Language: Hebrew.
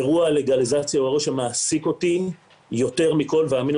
אירוע הלגליזציה מעסיק אותי יותר מכל והאמינו